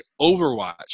Overwatch